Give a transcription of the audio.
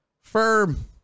Firm